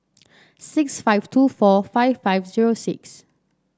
six five two four five five zero six